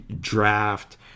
draft